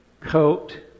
coat